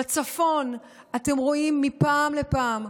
בצפון אתם רואים מפעם לפעם,